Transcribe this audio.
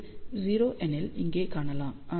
இது 0 எனில் இங்கே காணலாம்